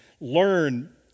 learn